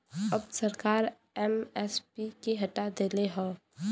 अब सरकार एम.एस.पी के हटा देले हौ